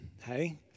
hey